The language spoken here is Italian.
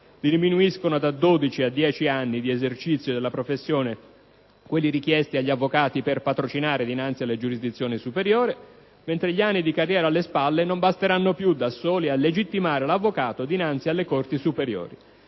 diminuiscono da 12 a 10 gli anni di esercizio della professione richiesti agli avvocati per patrocinare dinanzi alle giurisdizioni superiori, ma gli anni di carriera alle spalle non basteranno più, da soli, a legittimare l'avvocato dinanzi alle corti superiori,